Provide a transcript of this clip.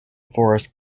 forest